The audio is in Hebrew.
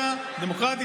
דמוקרטי